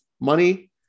money